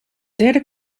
derde